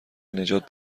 نجات